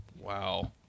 Wow